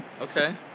Okay